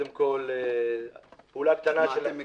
מה אתם מגדלים?